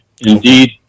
Indeed